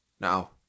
Now